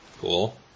Cool